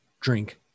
drink